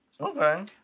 okay